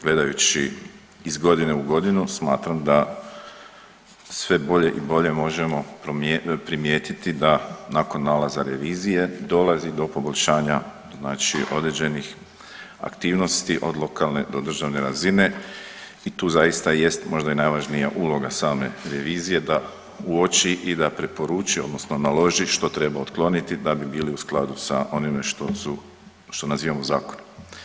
Gledajući iz godine u godinu smatram da sve bolje i bolje možemo primijetiti da nakon nalaza revizije dolazi do poboljšanja znači određenih aktivnosti od lokalne do državne razine i tu zaista i jest možda i najvažnija uloga same revizije da uoči i da preporuči odnosno naloži što treba otkloniti da bi bili u skladu sa onime što su, što nazivamo zakon.